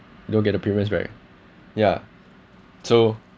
don't get the premiums back yeah so